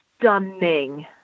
Stunning